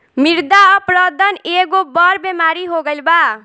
मृदा अपरदन एगो बड़ बेमारी हो गईल बा